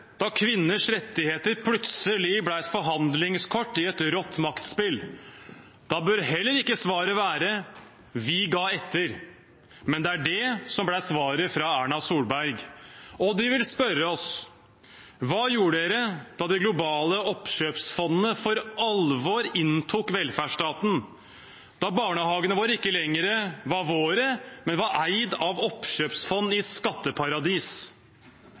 da kvinners rettigheter plutselig ble et forhandlingskort i et rått maktspill. Da bør heller ikke svaret være at vi ga etter. Men det er det som ble svaret fra Erna Solberg. Og de vil spørre oss om hva vi gjorde da de globale oppkjøpsfondene for alvor inntok velferdsstaten, da barnehagene våre ikke lenger var våre, men eid av oppkjøpsfond i